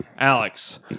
Alex